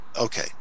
okay